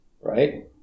Right